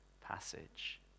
passage